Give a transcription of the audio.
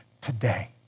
today